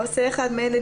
עונשין העושה אחד מאלה,